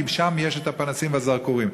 כי שם הפנסים והזרקורים,